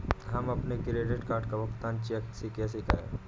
हम अपने credit card का भुगतान चेक से कैसे करें?